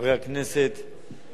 זה היה נשמע באמת,